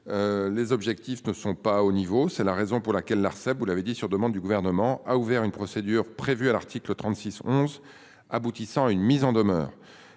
Les objectifs ne sont pas au niveau. C'est la raison pour laquelle l'Arcep. Vous l'avez dit, sur demande du gouvernement a ouvert une procédure prévue à l'article 36 11, aboutissant à une mise en demeure.